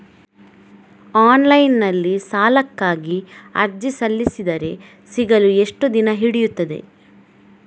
Online ನಲ್ಲಿ ಸಾಲಕ್ಕಾಗಿ ಅರ್ಜಿ ಸಲ್ಲಿಸಿದರೆ ಸಿಗಲು ಎಷ್ಟು ದಿನ ಹಿಡಿಯುತ್ತದೆ?